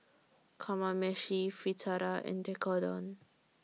Kamameshi Fritada and Tekkadon